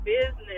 business